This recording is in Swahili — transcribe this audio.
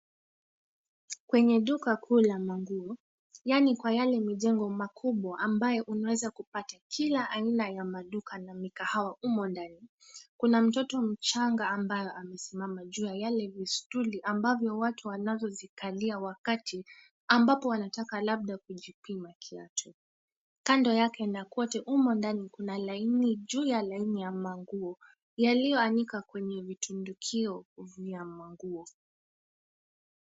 Kwenye duka kuu la manguo yaani kwa yale mijengo makubwa ambayo unaweza kupata kila aina ya maduka na mikahawa humo ndani. Kuna mtoto mchanga ambaye amesimama juu ya yale vistooli ambavyo watu wanazozikalia wakati ambapo wanataka labda kujipima kiatu. Kando yake na kwote humo ndani kuna laini juu ya lalini ya nguo yalioanikwa kwenye vitundukio vya manguo